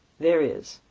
there is.